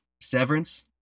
Severance